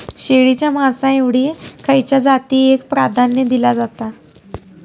शेळीच्या मांसाएसाठी खयच्या जातीएक प्राधान्य दिला जाता?